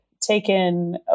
taken